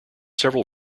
several